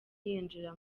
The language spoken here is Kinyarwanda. yinjira